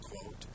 quote